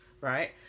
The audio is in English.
right